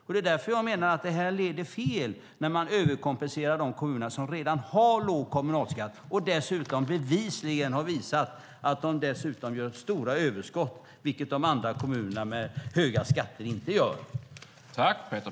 Det är därför jag menar att det leder fel när man överkompenserar de kommuner som redan har låg kommunalskatt och dessutom bevisligen har visat att de gör stora överskott, vilket de andra kommunerna, med höga skatter, inte gör.